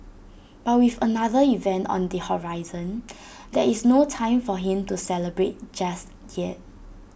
but with another event on the horizon there is no time for him to celebrate just yet